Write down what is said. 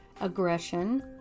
aggression